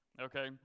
okay